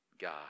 God